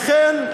לכן,